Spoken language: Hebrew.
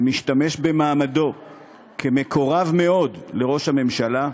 שמשתמש במעמדו כמקורב מאוד לראש הממשלה,